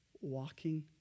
walking